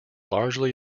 largely